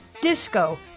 disco